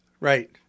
right